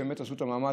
שבאמת עשו את המאמץ,